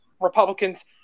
Republicans